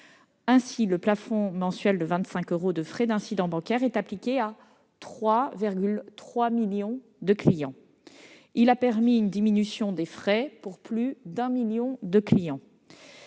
Le plafond mensuel de 25 euros de frais d'incidents bancaires s'applique à 3,3 millions de clients. Il a permis une diminution des frais pour plus d'un million de nos